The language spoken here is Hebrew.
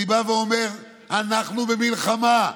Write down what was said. אני בא ואומר: אנחנו במלחמה.